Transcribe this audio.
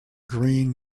green